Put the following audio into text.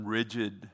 rigid